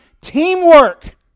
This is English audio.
teamwork